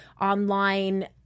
online